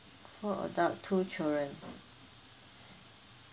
four adult two children